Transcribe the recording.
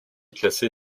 classé